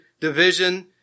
division